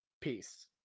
Peace